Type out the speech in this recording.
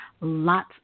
lots